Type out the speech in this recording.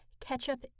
Ketchup